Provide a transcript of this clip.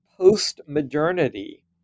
post-modernity